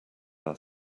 our